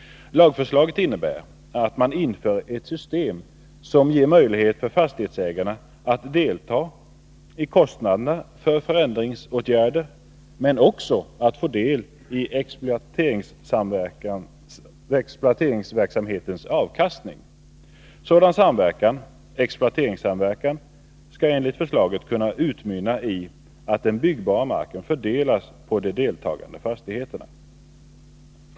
Lagförslaget innebär att man inför ett system som ger möjlighet för fastighetsägarna att delta i kostnaderna för förändringsåtgärder men också att få del i exploateringsverksamhetens avkastning. Sådan samverkan, exploateringssamverkan, skall enligt förslaget kunna utmynna i att den byggbara marken fördelas på de deltagande fastigheterna.